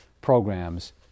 programs